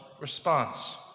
response